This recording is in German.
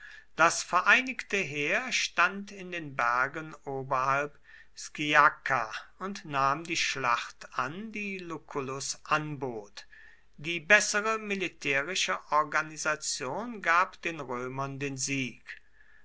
das vereinigte sklavenheer stand in den bergen oberhalb sciacca und nahm die schlacht an die lucullus anbot die bessere militärische organisation gab den römern den sieg